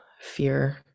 fear